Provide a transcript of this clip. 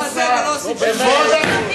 מנפחים חזה ולא עושים שום דבר.